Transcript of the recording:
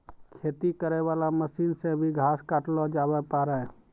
खेती करै वाला मशीन से भी घास काटलो जावै पाड़ै